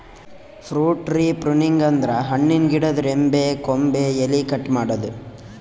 fruit tree pruning ಅಂದ್ರ ಹಣ್ಣಿನ್ ಗಿಡದ್ ರೆಂಬೆ ಕೊಂಬೆ ಎಲಿ ಕಟ್ ಮಾಡದ್ದ್